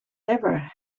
never